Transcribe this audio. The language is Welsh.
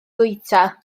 fwyta